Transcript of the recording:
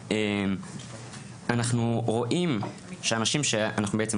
אנחנו רואים שאנשים שאנחנו בעצם,